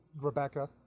Rebecca